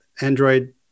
Android